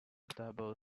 double